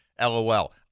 LOL